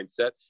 mindset